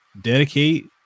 dedicate